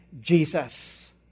Jesus